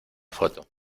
foto